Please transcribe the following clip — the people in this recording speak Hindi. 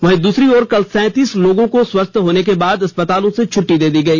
वहीं दूसरी ओर कल सैंतीस लोगों को स्वस्थ होने के बाद अस्पतालों से छट्टी दे दी गई